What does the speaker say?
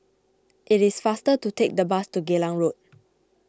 it is faster to take the bus to Geylang Road